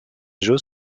jeux